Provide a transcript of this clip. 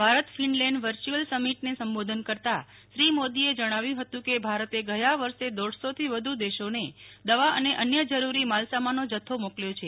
Bharat Finland virtual સમિટને સંબોધન કરતા શ્રી મોદીએ જણાવ્યું હતું કે ભારતે ગયા વર્ષે દોઢસોથી વધુ દેશોને દવા અને અન્ય જરૂરી માલસામાનનો જથ્થો મોકલ્યો છે